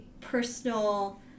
personal